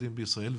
הילדים בישראל,